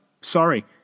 Sorry